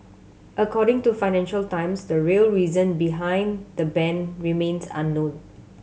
according to Financial Times the real reason behind the ban remains unknown